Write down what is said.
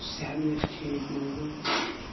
صحت گژھِ ٹھیٖک روزُن